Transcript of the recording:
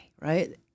right